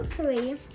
three